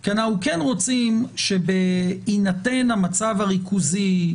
כי אנחנו רוצים שבהינתן המצב הריכוזי,